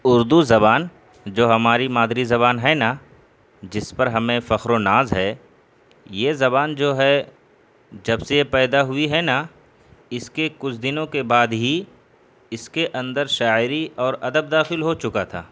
اردو زبان جو ہماری مادری زبان ہے نا جس پر ہمیں فخر و ناز ہے یہ زبان جو ہے جب سے یہ پیدا ہوئی ہے نا اس کے کچھ دنوں کے بعد ہی اس کے اندر شاعری اور ادب داخل ہو چکا تھا